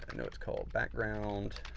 know it's called background